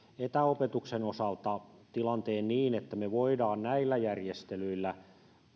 etäopetuksen osalta tilanteen niin että me voimme näillä järjestelyillä